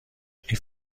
این